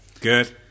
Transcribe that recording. Good